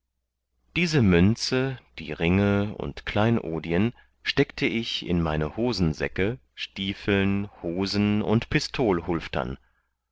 diese münze die ringe und kleinodien steckte ich in meine hosensäcke stiefeln hosen und